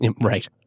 Right